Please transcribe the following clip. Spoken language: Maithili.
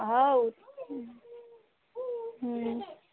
हँ ओ हूँ